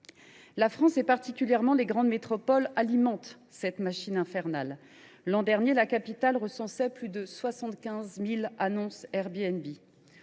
La France, et particulièrement ses grandes métropoles, alimente cette machine infernale. L’an dernier, la capitale recensait plus de 75 000 annonces Airbnb,